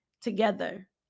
together